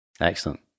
Excellent